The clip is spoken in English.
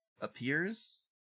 appears